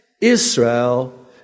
Israel